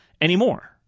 anymore